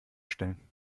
stellen